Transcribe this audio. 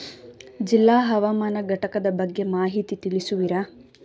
ಜಿಲ್ಲಾ ಹವಾಮಾನ ಘಟಕದ ಬಗ್ಗೆ ಮಾಹಿತಿ ತಿಳಿಸುವಿರಾ?